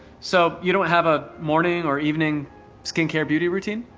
so, you don't have a morning or evening skincare beauty routine?